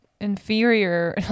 inferior